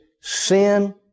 Sin